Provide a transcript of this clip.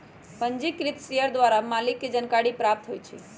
पंजीकृत शेयर द्वारा मालिक के जानकारी प्राप्त होइ छइ